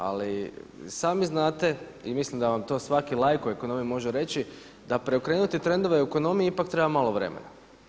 Ali i sami znate i mislim da vam to svaki laik u ekonomiji može reći, da preokrenuti trendovi u ekonomiji ipak treba malo vremena.